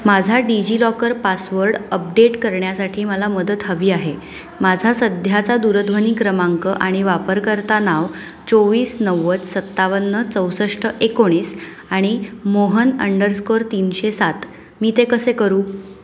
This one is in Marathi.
माझा डिजिलॉकर पासवर्ड अपडेट करण्यासाठी मला मदत हवी आहे माझा सध्याचा दूरध्वनी क्रमांक आणि वापरकर्ता नाव चोवीस नव्वद सत्तावन्न चौसष्ट एकोणीस आणि मोहन अंडरस्कोअर तीनशे सात मी ते कसे करू